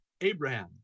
Abraham